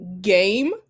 game